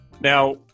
Now